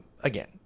again